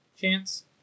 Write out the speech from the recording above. chance